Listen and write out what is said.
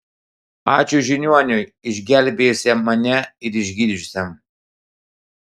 ačiū žiniuoniui išgelbėjusiam mane ir išgydžiusiam